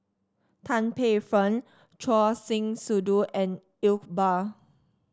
Tan Paey Fern Choor Singh Sidhu and Iqbal